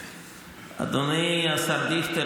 אדוני השר דיכטר,